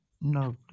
No